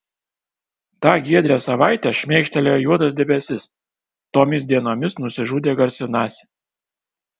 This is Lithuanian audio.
tą giedrią savaitę šmėkštelėjo juodas debesis tomis dienomis nusižudė garsinasi